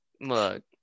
Look